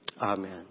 Amen